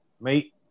mate